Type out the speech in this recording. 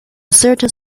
certain